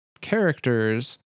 characters